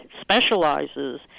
specializes